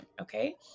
okay